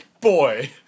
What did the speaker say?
Boy